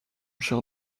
cher